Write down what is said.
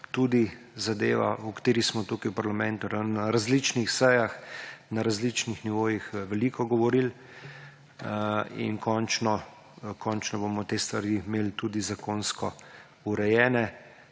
tudi zadeva, o kateri smo tukaj v parlamentu na različnih sejah, na različnih nivojih veliko govorili in končno bomo te stvari imeli tudi zakonsko urejene,